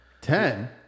Ten